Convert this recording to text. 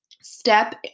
step